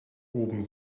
oben